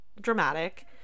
dramatic